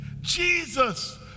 Jesus